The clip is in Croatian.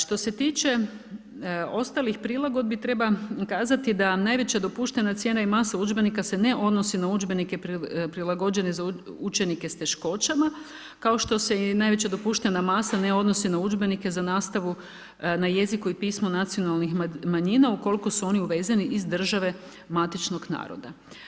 Što se tiče ostalih prilagodbi, treba kazati da najveća dopuštena cijena i masa udžbenika se ne odnosi na udžbenike prilagođene za učenike s teškoćama, kao što se najveća dopuštena masa ne odnosi na udžbenike za nastavu na jeziku i pismu nacionalnih manjina, ukoliko su oni uvezeni iz države matičnog naroda.